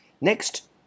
Next